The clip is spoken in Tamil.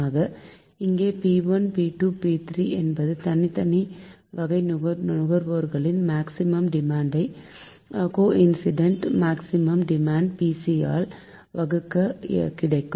ஆக இங்கே P1 P2 P3 என்பது தனித்தனி வகை நுகர்வோர்களின் மேக்சிமம் டிமாண்ட் ஐ கோஇன்சிடென்ட் மேக்சிமம் டிமாண்ட் Pc யால் வகுக்க கிடைக்கும்